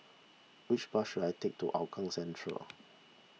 which bus should I take to Hougang Central